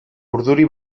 urduri